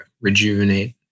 rejuvenate